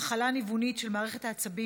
הפרקינסון היא מחלה ניוונית של מערכת העצבים